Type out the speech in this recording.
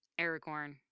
Aragorn